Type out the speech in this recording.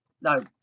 No